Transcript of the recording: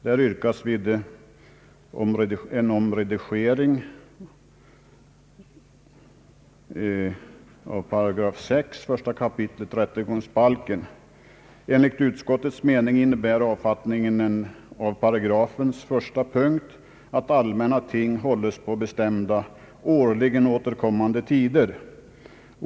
Där yrkas en omredigering av 8 6, första kapitlet rättegångsbalken. Enligt utskottets mening innebär avfattningen av paragrafens första punkt att allmänna ting hålles på bestämda, årligen återkommande tider.